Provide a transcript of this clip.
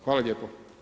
Hvala lijepo.